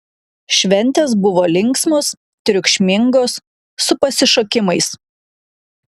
šventės buvo linksmos triukšmingos su pasišokimais